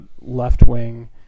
left-wing